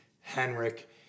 Henrik